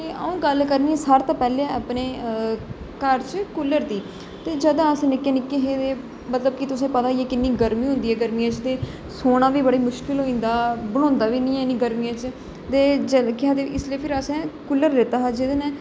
ते अऊं गल्ल करनी सारे कोला पैहलें अपने घर च कूलर दी ते जंदू अस निक्के निक्के हे ते मतलब कि तुसें गी पता गै है किन्नी गर्मी होंदी ऐ गर्मियें च ते सौना बी बड़ी मुश्किल होई जंदा बोंहदा बी नेईं ऐ इन्नी गर्मी च ते इसलै फिर असें कूलर लैता हा जेहदे कन्नै